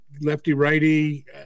lefty-righty